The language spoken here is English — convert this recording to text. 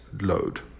load